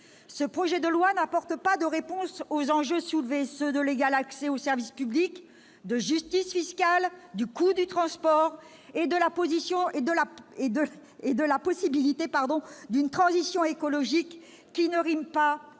Le projet de loi n'apporte aucune réponse aux enjeux soulevés, ceux de l'égal accès au service public, de la justice fiscale, du coût du transport et de la possibilité d'une transition écologique qui ne rime pas